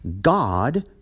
God